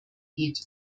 geht